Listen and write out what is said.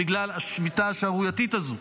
בגלל השביתה השערורייתית הזו.